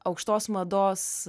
aukštos mados